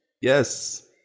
Yes